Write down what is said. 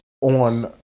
on